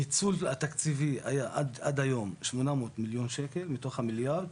הניצול התקציבי היה עד היום 800 מיליון שקל מתוך המיליארד,